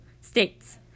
States